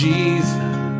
Jesus